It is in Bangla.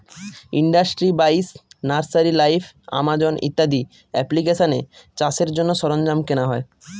ইন্ডাস্ট্রি বাইশ, নার্সারি লাইভ, আমাজন ইত্যাদি এপ্লিকেশানে চাষের জন্য সরঞ্জাম কেনা হয়